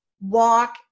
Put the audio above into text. Walk